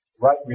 right